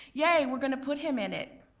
yay, we're gonna put him in it!